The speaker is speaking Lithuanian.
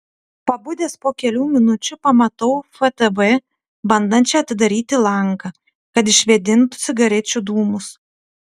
pabudęs po kelių minučių pamatau ftb bandančią atidaryti langą kad išvėdintų cigarečių dūmus